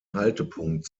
haltepunkt